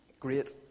great